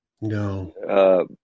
No